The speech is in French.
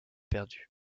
perdue